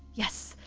yes.